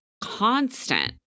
Constant